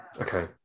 Okay